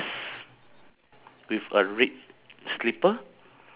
light purple shirt with a long green